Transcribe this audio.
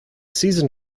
season